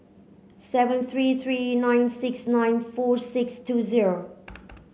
seven three three nine six nine four six two zero